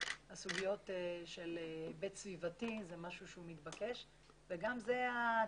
שהסוגיות של היבט סביבתי הוא משהו שמתבקש וזה גם העתיד.